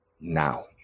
now